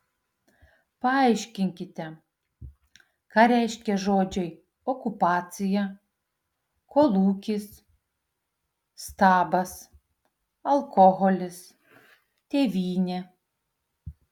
paaiškinkite ką reiškia žodžiai okupacija kolūkis stabas alkoholis tėvynė